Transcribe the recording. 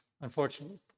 unfortunately